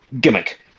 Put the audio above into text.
gimmick